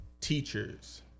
teachers